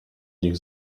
nich